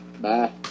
Bye